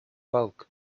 bulk